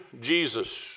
Jesus